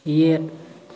ꯌꯦꯠ